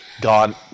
God